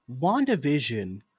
WandaVision